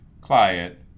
client